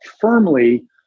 firmly